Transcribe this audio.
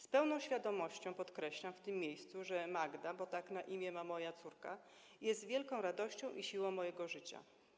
Z pełną świadomością podkreślam w tym miejscu, że Magda, bo tak na imię ma moja córka, jest wielką radością i siłą mojego życia.